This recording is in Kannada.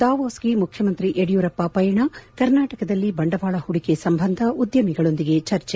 ದಾವೋಸ್ಗೆ ಮುಖ್ಯಮಂತ್ರಿ ಯಡಿಯೂರಪ್ಪ ಪಯಣ ಕರ್ನಾಟಕದಲ್ಲಿ ಬಂಡವಾಳ ಹೂಡಿಕೆ ಸಂಬಂಧ ಉದ್ದಮಿಗಳೊಂದಿಗೆ ಚರ್ಚೆ